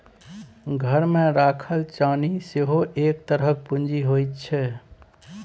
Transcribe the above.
घरमे राखल चानी सेहो एक तरहक पूंजी छै